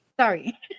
sorry